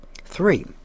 three